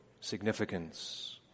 significance